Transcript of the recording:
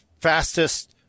fastest